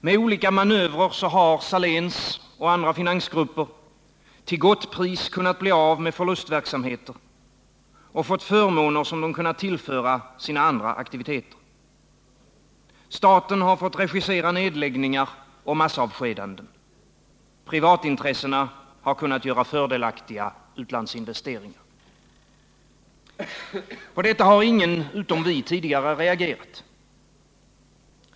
Med olika manövrer har Saléns och andra finansgrupper till gott pris kunnat bli av med förlustverksamheter och fått förmåner som de kunnat tillföra sina andra aktiviteter. Staten har fått regissera nedläggningar och massavskedanden. Privatintressena har kunnat göra fördelaktiga utlandsinvesteringar. På detta har ingen utom vi tidigare reagerat.